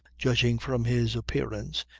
judging from his appearance,